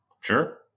Sure